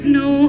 no